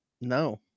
no